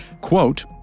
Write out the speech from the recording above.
quote